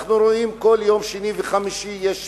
אנחנו רואים שכל שני וחמישי יש שביתות.